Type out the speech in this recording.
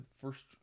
first